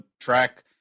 track